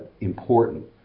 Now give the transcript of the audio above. important